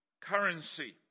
currency